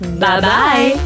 Bye-bye